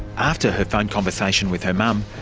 after her phone conversation with her mum,